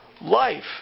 life